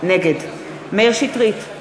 נגד מאיר שטרית,